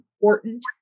important